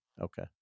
Okay